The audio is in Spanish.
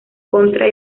contra